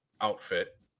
outfit